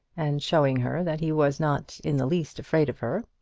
and showing her that he was not in the least afraid of her.